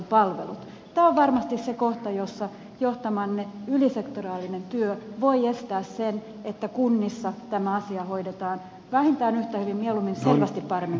tämä on varmasti se kohta jossa johtamanne ylisektoraalinen työ voi johtaa siihen että kunnissa tämä asia hoidetaan vähintään yhtä hyvin mieluummin selvästi paremmin kuin tähän asti